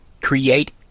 create